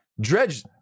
dredge